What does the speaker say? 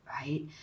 right